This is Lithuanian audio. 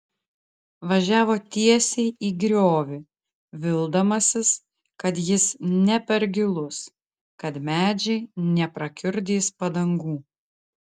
važiavo tiesiai į griovį vildamasis kad jis ne per gilus kad medžiai neprakiurdys padangų